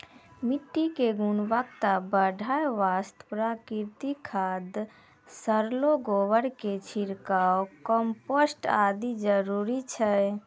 मिट्टी के गुणवत्ता बढ़ाय वास्तॅ प्राकृतिक खाद, सड़लो गोबर के छिड़काव, कंपोस्ट आदि जरूरी छै